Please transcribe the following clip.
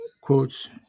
quotes